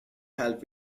help